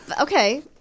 okay